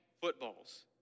footballs